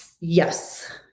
Yes